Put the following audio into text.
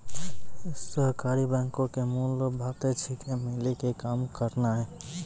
सहकारी बैंको के मूल बात छिकै, मिली के काम करनाय